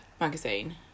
magazine